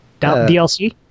DLC